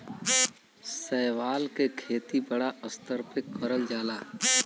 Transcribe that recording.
शैवाल के खेती बड़ा स्तर पे करल जाला